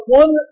one